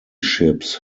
ships